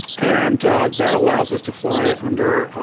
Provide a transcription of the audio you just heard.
and that allows us to fly under